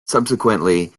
subsequently